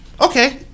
okay